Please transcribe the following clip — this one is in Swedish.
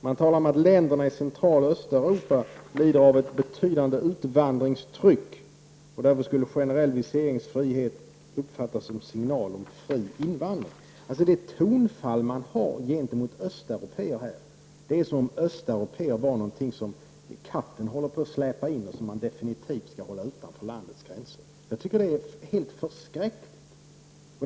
Man talar om att länderna i centrala Östeuropa lider av ett betydande utvandringstryck, och därför skulle en generell viseringsfrihet uppfattas som en signal om fri invandring. Det tonfall man här har gentemot östeuropéer får det att låta som om öÖsteuropéer var något som katten håller på att släpa in och som man definitivt skall hålla utanför landets gränser. Jag tycker att det är helt förskräckligt.